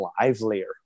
livelier